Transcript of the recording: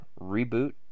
reboot